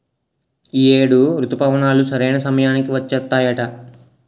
ఈ ఏడు రుతుపవనాలు సరైన సమయానికి వచ్చేత్తాయట